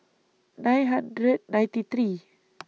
nine hundred ninety three